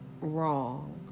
wrong